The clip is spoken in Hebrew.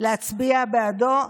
להצביע בעדו.